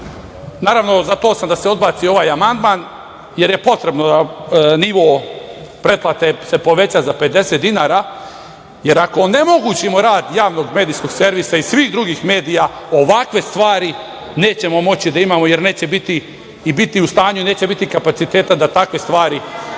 Podržavam i za to sam da se odbaci ovaj amandman jer je potreban da nivo pretplate se poveća za 50 dinara, jer ako onemogućimo rad Javnog medijskog servisa i svih drugih medija, ovakve stvari nećemo moći da imamo jer neće biti kapaciteta da takve stvari čitamo